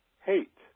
hate